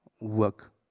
work